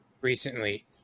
recently